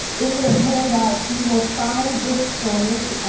in your handouts, you will find this story,